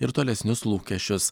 ir tolesnius lūkesčius